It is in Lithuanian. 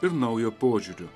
ir naujo požiūrio